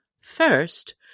First